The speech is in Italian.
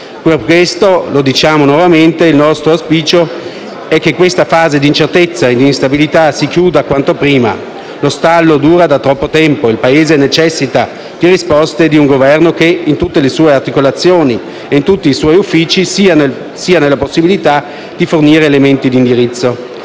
Per questo diciamo nuovamente che il nostro auspicio è che questa fase d'incertezza e instabilità si chiuda quanto prima: lo stallo dura da troppo tempo. Il Paese necessita di risposte e di un Governo che, in tutte le sue articolazioni e in tutti i suoi uffici, sia nella possibilità di fornire elementi di indirizzo.